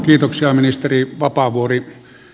kiitoksia ministeri vapaavuori